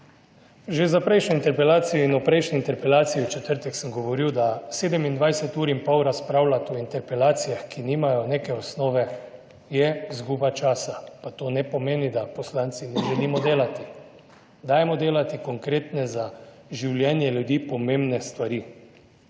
Že za prejšnjo interpelacijo in v prejšnji interpelaciji v četrtek sem govoril, da 27 ur in pol razpravljati o interpelacijah, ki nimajo neke osnove, je izguba časa, pa to ne pomeni, da poslanci ne želimo delati. Dajmo delati konkretne, za življenje ljudi, pomembne stvari.